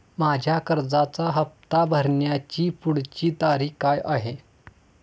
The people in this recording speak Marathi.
माझ्या कर्जाचा हफ्ता भरण्याची पुढची तारीख काय आहे?